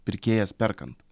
pirkėjas perkant